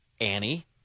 Annie